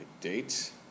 date